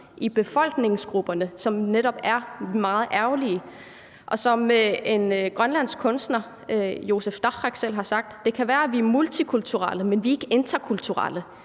befolkningsgrupperne, og som netop er meget ærgerlige. Som den grønlandske kunstner Josef Tarrak har sagt: Det kan være, at vi er multikulturelle, men vi er ikke interkulturelle.